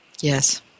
yes